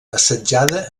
assetjada